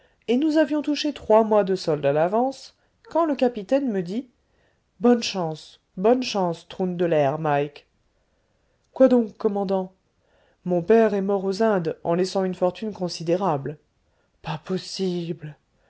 et nous avions touché trois mois de solde à l'avance quand le capitaine me dit bonne chance bonne chance troun de l'air mike quoi donc commandant mon père est mort aux indes en laissant une fortune considérable pas possible